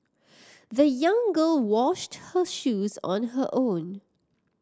the young girl washed her shoes on her own